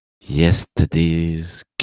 Yesterday's